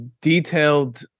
detailed